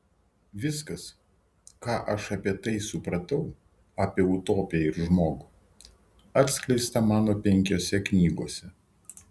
viskas ką aš apie tai supratau apie utopiją ir žmogų atskleista mano penkiose knygose